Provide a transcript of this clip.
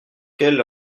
quel